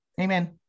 Amen